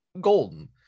golden